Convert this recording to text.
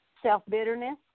self-bitterness